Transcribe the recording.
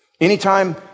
Anytime